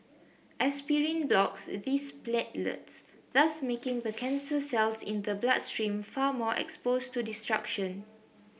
aspirin blocks these platelets thus making the cancer cells in the bloodstream far more exposed to destruction